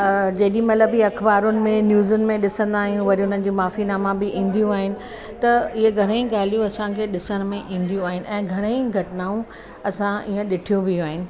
जेॾी महिल बि अखबारुनि में न्यूज़नि में ॾिसंदा आहियूं वरी उन्हनि जी माफ़ीनामा बि ईंदियूं आहिनि त इहे घणेई ॻाल्हियूं असांखे ॾिसण में ईंदियूं आहिनि ऐं घणेई घटनाऊं असां ईअं ॾिठियूं बि आहिनि